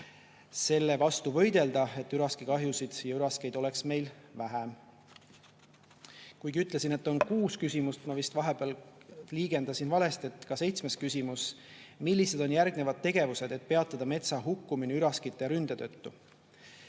vastu võidelda, et kahjusid ja üraskeid oleks meil vähem. Kuigi ütlesin, et on kuus küsimust, aga ma vist vahepeal liigendasin valesti. On ka seitsmes küsimus: "Millised on järgnevad tegevused, et peatada metsa hukkumine üraskite ründe tõttu?"